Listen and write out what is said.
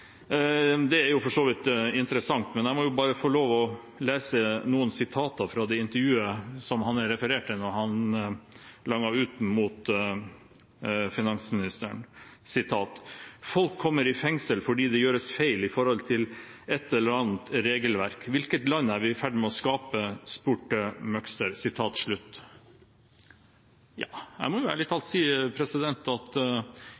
Det er for så vidt interessant, men jeg må få lov til å lese noen sitater fra intervjuet der han langet ut mot finansministeren, og som det er referert til: «Folk kommer i fengsel fordi det gjøres feil i forhold til et eller annet regelverk. Hvilke land er vi i ferd med å skape, spurte Møgster.» Jeg må ærlig talt si at en som ønsket slakkere regelverk fordi det passet ham og hans næringsvirksomhet, er